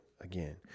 again